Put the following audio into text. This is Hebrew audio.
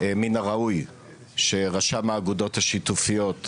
מן הראוי שרשם האגודות השיתופיות,